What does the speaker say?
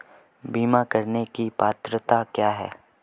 बीमा करने की पात्रता क्या है?